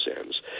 sands